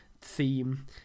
theme